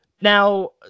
Now